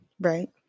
right